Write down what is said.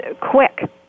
quick